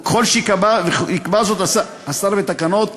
וככל שיקבע זאת השר בתקנות,